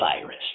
virus